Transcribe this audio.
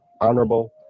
honorable